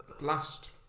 last